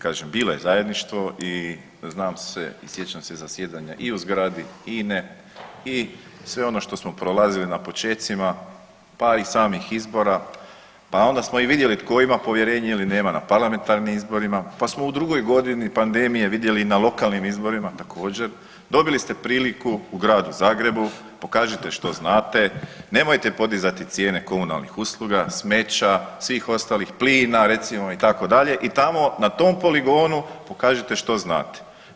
Kažem, bilo je zajedništvo i znam sve i sjećam se zasjedanja i u zgradi INA-e i sve ono što smo prolazili na počecima, pa i samih izbora, pa onda smo i vidjeli tko ima povjerenje ili nema na parlamentarnim izborima, pa smo u drugoj godini pandemije vidjeli na lokalnim izborima također, dobili ste priliku u Gradu Zagrebu, pokažite što znate, nemojte podizati cijene komunalnih usluga, smeća i svih ostalih, plina recimo itd. i tamo na tom poligonu pokažite što znate.